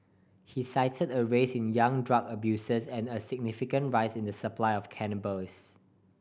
he cited a rise in young drug abusers and a significant rise in the supply of cannabis